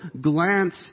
glance